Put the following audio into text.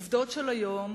עובדות של היום